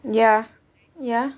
ya ya